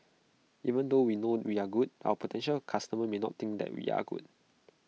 even though we know we are good our potential customers may not think that we are good